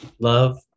love